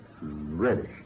Reddish